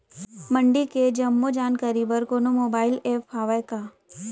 मंडी के जम्मो जानकारी बर कोनो मोबाइल ऐप्प हवय का?